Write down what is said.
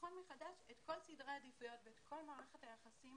לבחון מחדש את כל סדרי העדיפויות ואת כל מערכת היחסים